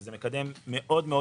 שהוא מקדם גבוה מאוד.